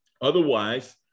otherwise